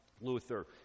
Luther